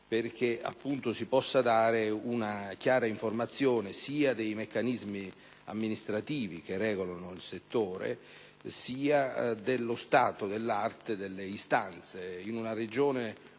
all'esigenza di ricevere una chiara informazione sia sui meccanismi amministrativi che regolano il settore, sia sullo stato dell'arte delle istanze. In una Regione